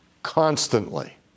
constantly